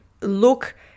look